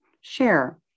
share